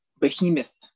behemoth